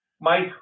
Mike